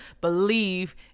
believe